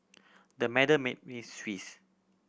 the made me